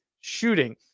shooting